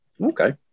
Okay